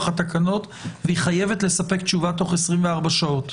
התקנות והיא חייבת לספק תשובה תוך 24 שעות.